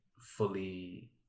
fully